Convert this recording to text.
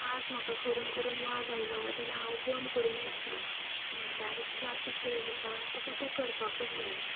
आज म्हाका करून करून वाज आयलो जाल्यार हांव बंद करूंक शकता म्हटल्यार क्लासीक कितें जाता तुका तें करपाकूत जाय